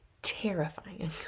terrifying